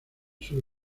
sur